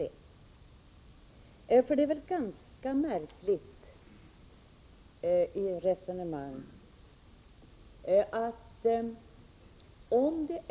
Det är ett ganska märkligt resonemang som ofta förs i dessa sammanhang.